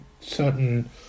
certain